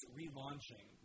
relaunching